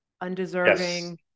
undeserving